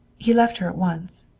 he left her at once.